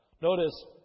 Notice